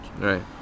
right